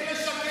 תמשיך לשקר.